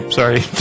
sorry